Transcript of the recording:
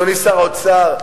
אדוני שר האוצר,